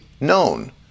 known